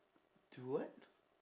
do what